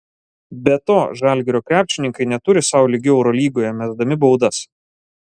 be to žalgirio krepšininkai neturi sau lygių eurolygoje mesdami baudas